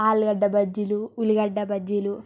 ఆలుగడ్డ బజ్జీలు ఉల్లిగడ్డ బజ్జీలు